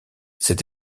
cette